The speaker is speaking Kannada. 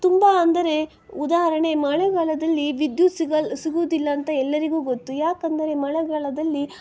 ತುಂಬ ಅಂದರೆ ಉದಾಹರಣೆ ಮಳೆಗಾಲದಲ್ಲಿ ವಿದ್ಯುತ್ ಸಿಗಲ್ ಸಿಗುವುದಿಲ್ಲ ಅಂತ ಎಲ್ಲರಿಗೂ ಗೊತ್ತು ಯಾಕೆಂದರೆ ಮಳೆಗಾಲದಲ್ಲಿ